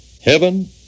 heaven